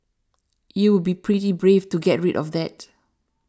you'll be pretty brave to get rid of that